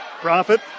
Profit